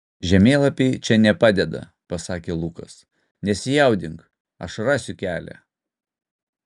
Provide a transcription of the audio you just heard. žemėlapiai čia nepadeda pasakė lukas nesijaudink aš rasiu kelią